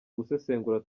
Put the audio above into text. gusesengura